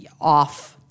off